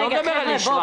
אני לא מדבר על איש רע.